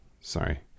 sorry